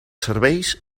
serveis